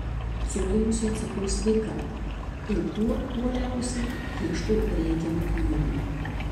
suglumusi atsakau sveika ir kuo uoliausiai ieškau reikiamų knygų